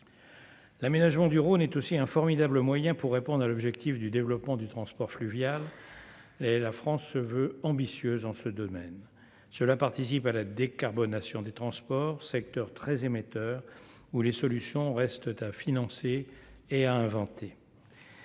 L'aménagement du Rhône est aussi un formidable moyen pour répondre à l'objectif du développement du transport fluvial et la France se veut ambitieuse en ce domaine, cela participe à la décarbonation des transports, secteur très émetteur ou les solutions restent à financer et à inventer.